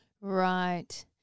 Right